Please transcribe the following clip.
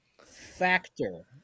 Factor